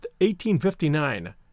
1859